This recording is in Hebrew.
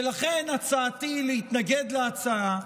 ולכן הצעתי היא להתנגד להצעה,